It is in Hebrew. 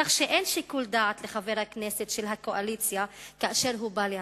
כך שאין שיקול דעת לחבר כנסת של הקואליציה כאשר הוא בא להצביע.